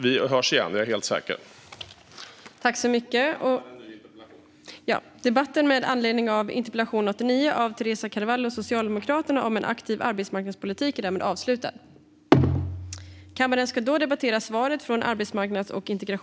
Vi hörs igen - jag är helt säker på det.